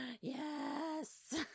Yes